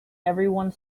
everyone